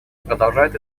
продолжает